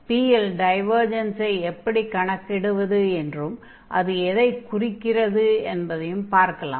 P ல் டைவர்ஜன்ஸை எப்படி கணக்கிடுவது என்றும் அது எதை குறிக்கிறது என்றும் பார்ப்போம்